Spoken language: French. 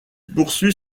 poursuit